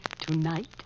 Tonight